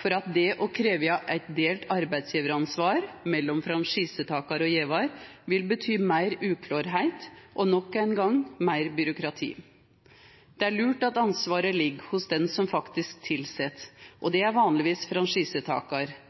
for at å krevja eit delt arbeidsgjevaransvar mellom franchisetakar og franchisegjevar vil bety meir uklarleik og nok ein gong meir byråkrati. Det er lurt at ansvaret ligg hos den som faktisk tilset, vanlegvis franchisetakaren, som kjenner forretninga si, dei andre tilsette og veit kva som trengst. Elles finst det